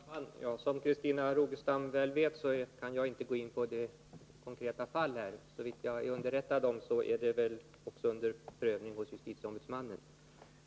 Herr talman! Som Christina Rogestam väl vet kan jag inte gå in på det konkreta fallet. Såvitt jag är underrättad är det under prövning hos justitieombudsmannen.